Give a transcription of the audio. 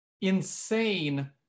insane